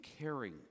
caring